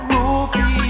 Ruby